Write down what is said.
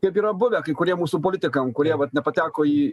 kaip yra buvę kai kuriem mūsų politikams kurie nepateko į